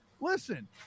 Listen